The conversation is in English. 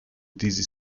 dizzy